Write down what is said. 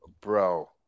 Bro